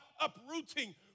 uprooting